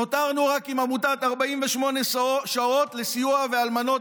נותרנו רק עם עמותת 48 לסיוע לאלמנות